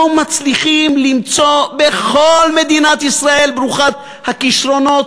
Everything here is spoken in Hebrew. מצליחים למצוא בכל מדינת ישראל ברוכת הכישרונות